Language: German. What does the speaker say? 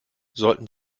sollten